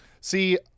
See